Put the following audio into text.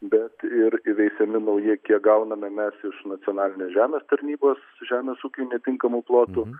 bet ir įveisiami nauji kiek gauname mes iš nacionalinės žemės tarnybos žemės ūkiui netinkamų plotu